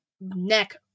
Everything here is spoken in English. neck